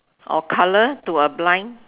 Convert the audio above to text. a colour to a blind